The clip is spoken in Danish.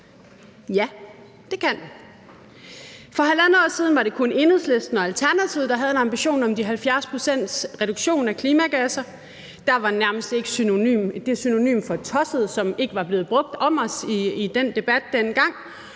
Ja, det kan vi. For halvandet år siden var det kun Enhedslisten og Alternativet, der havde en ambition om de 70 pct.s reduktion af klimagasser. Der var nærmest ikke det synonym for tosset, som ikke var blevet brugt om os i den debat dengang.